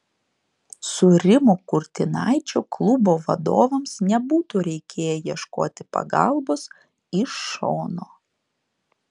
su rimu kurtinaičiu klubo vadovams nebūtų reikėję ieškoti pagalbos iš šono